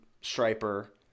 striper